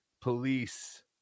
Police